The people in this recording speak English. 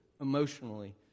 emotionally